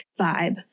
vibe